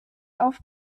auf